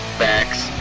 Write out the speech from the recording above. facts